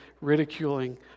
ridiculing